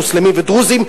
מוסלמים ודרוזים,